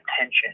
attention